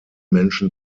menschen